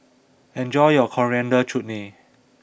enjoy your Coriander Chutney